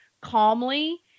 calmly